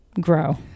grow